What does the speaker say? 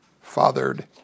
fathered